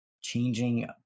changing